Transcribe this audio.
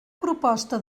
proposta